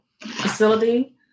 facility